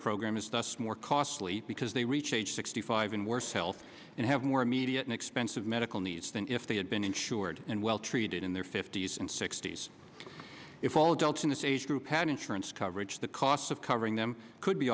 program is thus more costly because they reach age sixty five in worse health and have more immediate and expensive medical needs than if they had been in toured and well treated in their fifty's and sixty's if all adults in this age group had insurance coverage the costs of covering them could be